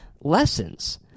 lessons